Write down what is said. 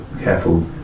careful